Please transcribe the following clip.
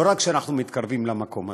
לא רק שאנחנו מתקרבים למקום הזה,